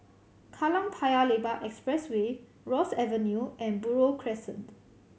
Kallang Paya Lebar Expressway Ross Avenue and Buroh Crescent